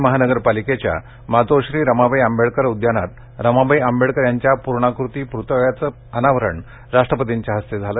पुणे महानगरपालिकेच्या मातोश्री रमाबाई आंबेडकर उद्यानात रमाबाई आंबेडकर यांच्या पूर्णाकृती पुतळयाचं अनावरण राष्ट्रपतींच्या हस्ते झालं